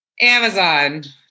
Amazon